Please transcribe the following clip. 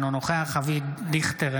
אינו נוכח אבי דיכטר,